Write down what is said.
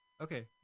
Okay